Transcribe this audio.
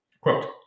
Quote